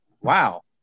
wow